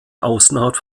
außenhaut